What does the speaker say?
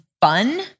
fun